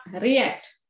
react